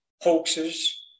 hoaxes